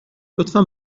لطفا